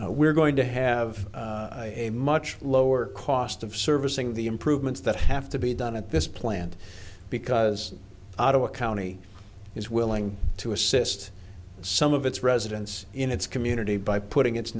we're going to have a much lower cost of servicing the improvements that have to be done at this plant because ottawa county is willing to assist some of its residents in its community by putting its